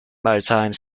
maritime